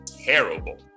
terrible